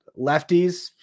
lefties